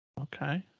Okay